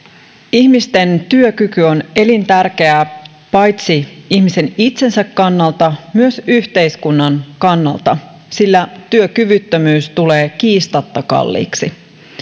ihmisten työkyky on elintärkeä paitsi ihmisen itsensä kannalta myös yhteiskunnan kannalta sillä työkyvyttömyys tulee kiistatta kalliiksi